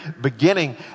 beginning